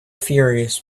furious